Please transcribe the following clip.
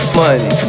money